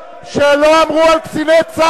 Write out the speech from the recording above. לא, לא, הוא לא יסתום את הפה.